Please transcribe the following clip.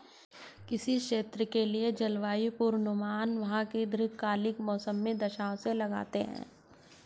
किसी क्षेत्र के लिए जलवायु पूर्वानुमान वहां की दीर्घकालिक मौसमी दशाओं से लगाते हैं